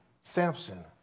Samson